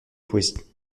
poésie